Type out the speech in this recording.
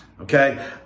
Okay